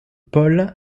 paul